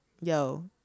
Yo